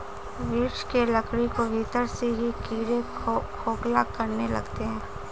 वृक्ष के लकड़ी को भीतर से ही कीड़े खोखला करने लगते हैं